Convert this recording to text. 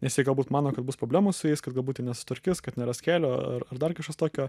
nes jie galbūt mano kad bus problemų su jais kad galbūt ir nesutvarkys kad neras kelio ar ar dar kažkas tokio